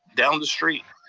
down the street.